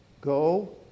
Go